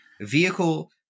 vehicle